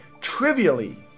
trivially